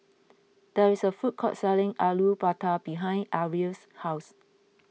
there is a food court selling Alu Batar behind Arielle's house